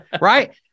Right